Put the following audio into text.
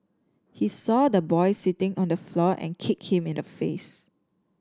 he saw the boy sitting on the floor and kicked him in the face